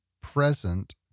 present